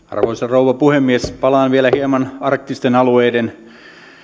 arvoisa rouva puhemies palaan vielä hieman arktisten alueiden